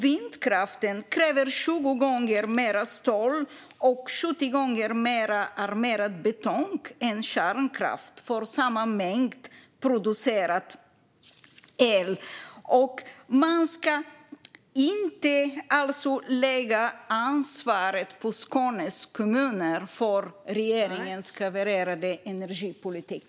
Vindkraft kräver för övrigt 20 gånger mer stål och 70 gånger mer armerad betong än kärnkraft för samma mängd producerad el. Man ska inte lägga ansvaret på Skånes kommuner för regeringens havererade energipolitik.